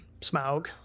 Smaug